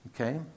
Okay